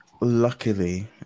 luckily